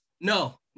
No